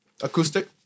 Acoustic